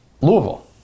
Louisville